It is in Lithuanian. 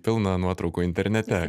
pilna nuotraukų internete